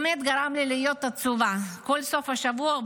-- באמת גרם לי להיות עצובה כל סוף השבוע,